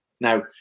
Now